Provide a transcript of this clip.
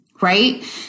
right